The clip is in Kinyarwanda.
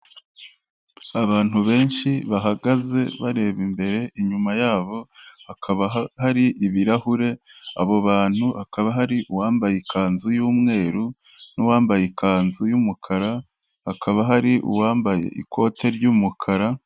Abantu benshi bahagaze bareba imbere inyuma yabo hakaba hari ibirahure abo bantu hakaba hari uwambaye ikanzu y'umweru n'uwambaye ikanzu y'umukara, hakaba hari uwambaye ikote ry'umukara.